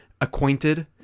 acquainted